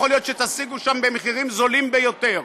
ויכול להיות שתשיגו שם במחירים זולים ביותר.